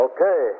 Okay